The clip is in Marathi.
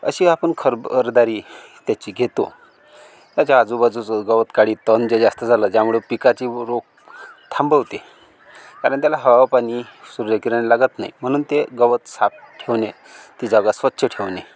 अशी आपण खर्रब खबरदारी त्याची घेतो त्याच्या आजूबाजूचं गवत काढतो आणि जे जास्त झालं ज्यामुळे पिकाची रोग थांबवते कारण त्याला हवा पाणी सूर्यकिरण लागत नाही म्हणून ते गवत साफ ठेवणे ते जागा स्वच्छ ठेवणे